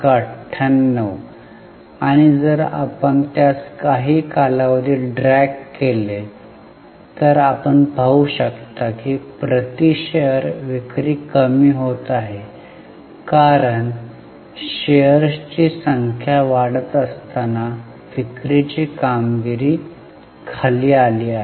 98 आणि जर आपण त्यास काही कालावधीत ड्रॅग केले तर आपण पाहू शकता की प्रति शेअर विक्री कमी होत आहे कारण शेअर्सची संख्या वाढत असताना विक्रीची कामगिरी खाली आली आहे